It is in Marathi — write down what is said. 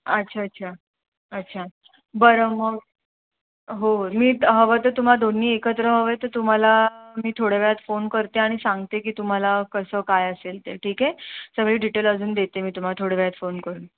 अच्छा अच्छा अच्छा बरं मग हो मी हवं तर तुम्हाला दोन्ही एकत्र हवं आहे तर तुम्हाला मी थोड्या वेळात फोन करते आणि सांगते की तुम्हाला कसं काय असेल ते ठीक आहे सगळी डिटेल अजून देते मी तुम्हाला थोड्या वेळात फोन करून